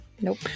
Nope